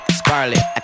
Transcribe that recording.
scarlet